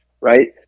right